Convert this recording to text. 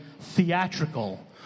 theatrical